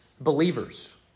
believers